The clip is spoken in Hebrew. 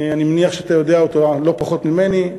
אני מניח שאתה יודע אותו לא פחות ממני,